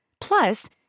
Plus